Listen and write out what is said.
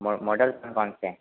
model कौन सा है